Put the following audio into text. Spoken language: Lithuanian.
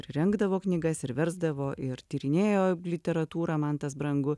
ir rengdavo knygas ir versdavo ir tyrinėjo literatūrą man tas brangu